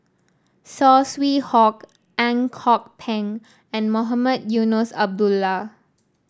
Saw Swee Hock Ang Kok Peng and Mohamed Eunos Abdullah